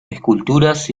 esculturas